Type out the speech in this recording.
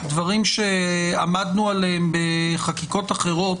דברים שעמדנו עליהם בחקיקות אחרות,